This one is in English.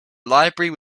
library